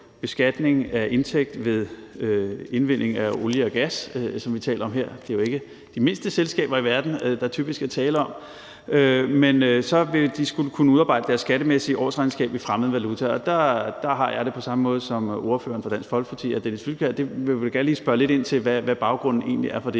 beskatning af indtægt ved indvinding af olie og gas, som vi taler om her, og det er jo ikke de mindste selskaber i verden, der typisk er tale om – vil de skulle kunne udarbejde deres skattemæssige årsregnskab i fremmed valuta, og der har jeg det på samme måde som ordføreren for Dansk Folkeparti, hr. Dennis Flydtkjær, altså at vi da gerne vil spørge lidt ind til, hvad baggrunden egentlig er for det